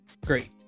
great